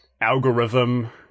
algorithm